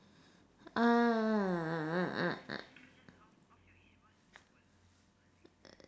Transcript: uh